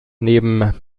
neben